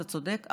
אתה צודק.